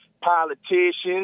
politicians